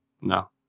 No